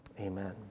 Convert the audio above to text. Amen